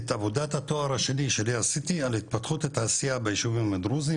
את עבודת התואר השני שלי עשיתי על התפתחות התעשייה ביישובים הדרוזים,